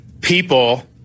people